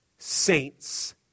saints